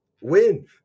win